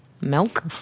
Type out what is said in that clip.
Milk